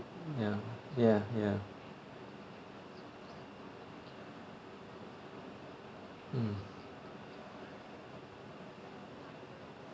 ya ya ya mm